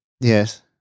Yes